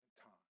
time